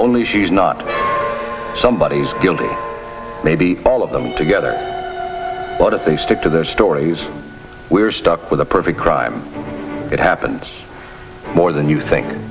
only she's not somebody who's guilty maybe all of them together but if they stick to their stories we're stuck with a perfect crime it happens more than you think